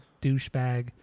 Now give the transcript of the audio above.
douchebag